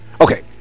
Okay